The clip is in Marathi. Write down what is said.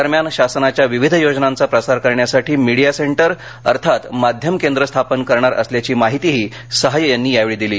दरम्यान शासनाच्या विविध योजनांचा प्रसार करण्यासाठी मिडिया सेंटर अर्थात माध्यम केंद्र स्थापन करणार असल्याची माहितीही सहाय यांनी यावेळी दिली